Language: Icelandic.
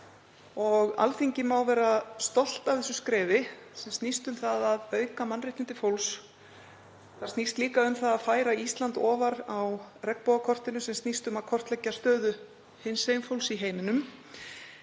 Alþingi má vera stolt af þessu skrefi sem snýst um að auka mannréttindi fólks. Það snýst líka um það að færa Ísland ofar á regnbogakortinu sem snýst um að kortleggja stöðu hinsegin fólks í heiminum.